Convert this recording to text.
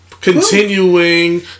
Continuing